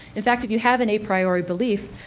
if fact if you have an a priori belief,